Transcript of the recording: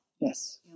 Yes